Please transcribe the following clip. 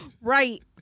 right